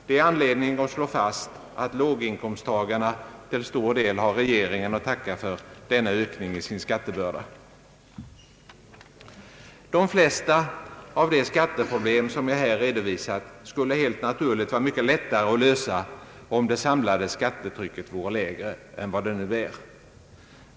Det är anledning att slå fast att låginkomsttagarna till stor del har regeringen att tacka för denna ökning i sin skattebörda. De flesta av de skatteproblem som jag här redovisat skulle helt naturligt vara mycket lättare att lösa, om det samlade skattetrycket vore lägre än vad det nu är.